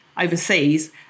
overseas